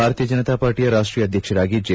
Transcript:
ಭಾರತೀಯ ಜನತಾ ಪಾರ್ಟಿಯ ರಾಷ್ಷೀಯ ಅಧ್ಯಕ್ಷರಾಗಿ ಜೆ